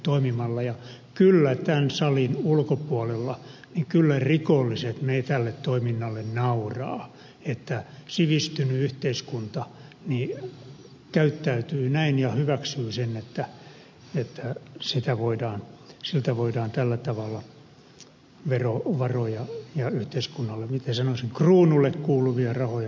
kyllä tämän salin ulkopuolella rikolliset tälle toiminnalle nauravat että sivistynyt yhteiskunta käyttäytyy näin ja hyväksyy sen että siltä voidaan tällä tavalla verovaroja ja yhteiskunnalle miten sanoisin kruunulle kuuluvia rahoja kupata